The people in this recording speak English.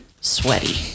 sweaty